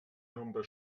nombre